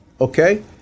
okay